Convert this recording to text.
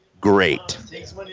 great